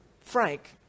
Frank